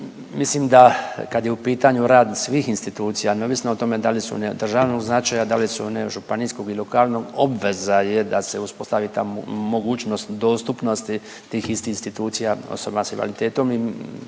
mislim da kad je u pitanju rad svih institucija, neovisno o tome da li su one od državnog značaja, da li su one od županijskog i lokalnog, obveza je da se uspostavi ta mogućnost dostupnosti tih istih institucija osobama s invaliditetom